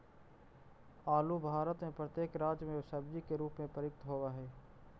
आलू भारत में प्रत्येक राज्य में सब्जी के रूप में प्रयुक्त होवअ हई